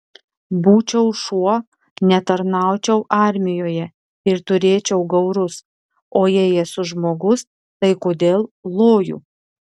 būčiau šuo netarnaučiau armijoje ir turėčiau gaurus o jei esu žmogus tai kodėl loju